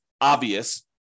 obvious